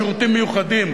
בשירותים מיוחדים,